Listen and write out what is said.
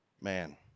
man